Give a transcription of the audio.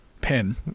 Pen